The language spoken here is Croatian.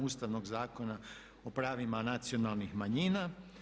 Ustavnog zakona o pravima nacionalnih manjina.